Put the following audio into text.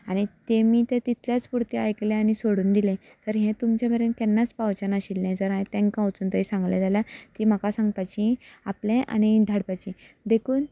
ताणी तें तितलेंच पुरतें आयकलें आनी सोडून दिलें जाल्यार हें तुमचें मेरेन केन्नाच पावचे नाशिल्लें जर हांवें तेंका वचोन सांगलें जाल्यार तीं म्हाका सांगपाची आपलें आनी धाडपाची